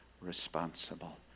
responsible